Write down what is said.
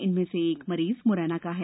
इनमें से एक मरीज मुरैना जिले का है